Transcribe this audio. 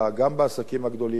גם בעסקים הגדולים,